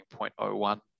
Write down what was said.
0.01